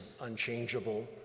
unchangeable